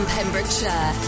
Pembrokeshire